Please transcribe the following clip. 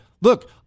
Look